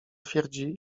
twierdzi